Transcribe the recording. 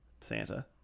santa